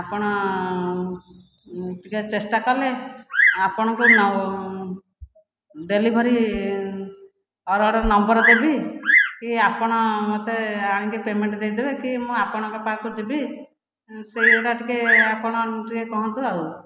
ଆପଣ ଟିକେ ଚେଷ୍ଟା କଲେ ଆପଣଙ୍କୁ ନ ଡେଲିଭରି ଅର୍ଡ଼ର ନମ୍ବର ଦେବି କି ଆପଣ ମୋତେ ଆଣିକି ପେମେଣ୍ଟ ଦେଇଦେବେ କି ମୁଁ ଆପଣଙ୍କ ପାଖକୁ ଯିବି ସେଇଟା ଟିକେ ଆପଣ ଟିକେ କୁହନ୍ତୁ ଆଉ